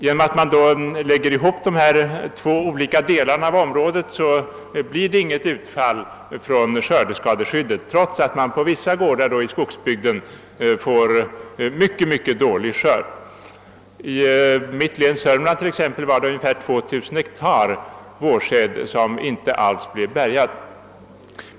Genom att dessa båda delar av området läggs ihop, blir det inget utfall från skördeskadeskyddet trots att man på vissa gårdar i skogsbygden får en mycket dålig skörd. I mitt hemlän, Sörmland, var det ungefär 2 000 ha vårsäd som inte alls kunde bärgas.